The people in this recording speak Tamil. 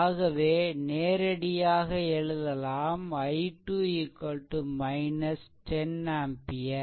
ஆகவே நேரடியாக எழுதலாம் I2 10 ஆம்பியர்